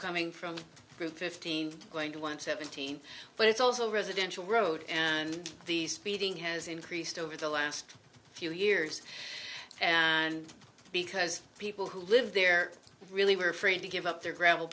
coming from fifteen going to one seventeen but it's also residential road and the speeding has increased over the last few years because people who live there really were afraid to give up their gravel